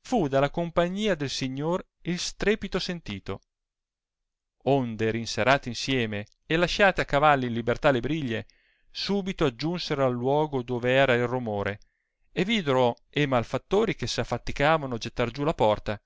fu dalla compagnia del signor il strepito sentito onde riserrati insieme e lasciate a cavalli in libertà le briglie subito aggiunsero al luogo dove era il romore e videro e malfattori che s affaticavano gettar giù la porta